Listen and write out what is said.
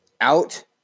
out